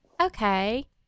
Okay